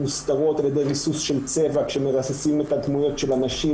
מוסתרות על ידי ריסוס של צבע כשמרססים את הדמויות של הנשים.